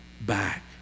back